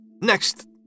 Next